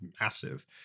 massive